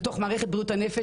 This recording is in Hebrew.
לתוך מערכת בריאות הנפש,